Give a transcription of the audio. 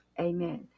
Amen